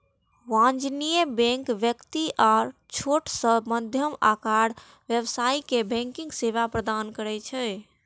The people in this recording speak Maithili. वाणिज्यिक बैंक व्यक्ति आ छोट सं मध्यम आकारक व्यवसायी कें बैंकिंग सेवा प्रदान करै छै